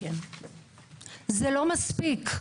זה לא מספיק.